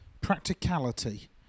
Practicality